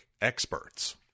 experts